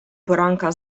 poranka